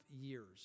years